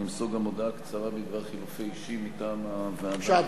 אמסור גם הודעה קצרה בדבר חילופי אישים מטעם הוועדה.